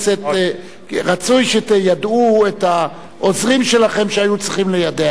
רצוי שתיידעו את העוזרים שלכם שהיו צריכים ליידע אתכם,